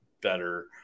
better